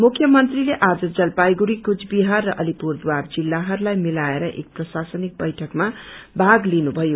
मुख्यमंत्रीले आज जलपाईगुङ्गी कोचविहार र अलिपुरद्वार जिल्लाहरूलाई मिलाएर एक प्रशासनिक बैठकमा भाग लिनुभयो